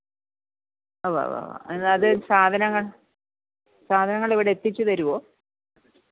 ഉവ്വവ്വവ് അത് സാധനങ്ങൾ സാധനങ്ങൾ ഇവിടെ എത്തിച്ച് തരുവോ